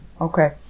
Okay